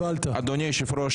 אדוני היושב ראש,